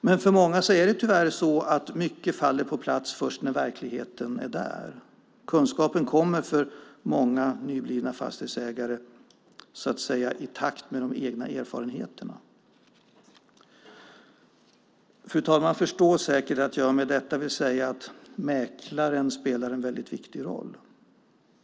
Men för många är det tyvärr så att mycket faller på plats först när verkligheten är där. Kunskapen kommer för många nyblivna fastighetsägare så att säga i takt med de egna erfarenheterna. Fru talman förstår säkert att jag med detta vill säga att mäklaren spelar en väldigt viktig roll.